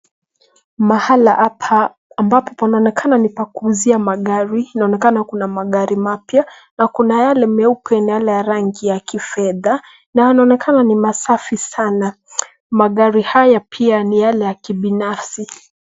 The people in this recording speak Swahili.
Mahali hapa ambapo panaonekana ni pa kuuzia magari, inaonekana magari mapya na kuna yale meupe na yale ya rangi ya kifedha na yanaonekana ni masafi sana .Magari haya pia ni yale ya kibinafsi.